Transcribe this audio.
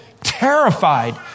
terrified